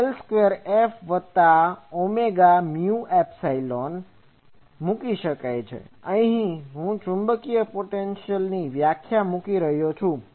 del square F વત્તા જે omega mu epsilon અહીં હું ચુંબકીય પોટેન્શિઅલની વ્યાખ્યા મૂકી રહ્યો છું